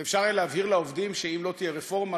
ואפשר היה להבהיר לעובדים שאם לא תהיה רפורמה,